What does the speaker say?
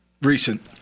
recent